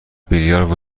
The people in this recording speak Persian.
بیلیارد